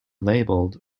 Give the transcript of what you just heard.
labeled